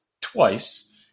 twice